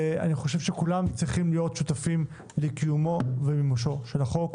וכולנו צריכים להיות שותפים לקיומו ולמימושו של החוק.